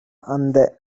அந்த